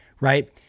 right